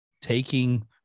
taking